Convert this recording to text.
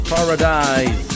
Paradise